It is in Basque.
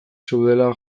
zeudela